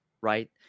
right